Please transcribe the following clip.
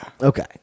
Okay